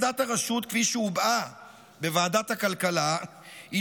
עמדת הרשות כפי שהובעה בוועדת הכלכלה היא